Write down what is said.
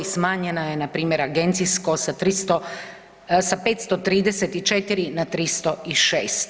Smanjena je npr. agencijsko sa 534 na 306.